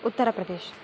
Uttar Pradesh